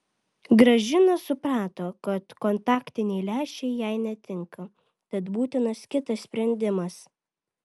gražina suprato kad kontaktiniai lęšiai jai netinka tad būtinas kitas sprendimas